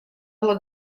была